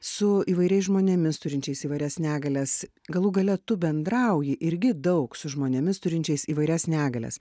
su įvairiais žmonėmis turinčiais įvairias negalias galų gale tu bendrauji irgi daug su žmonėmis turinčiais įvairias negalias